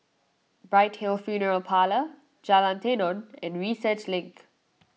Bright Hill Funeral Parlour Jalan Tenon and Research Link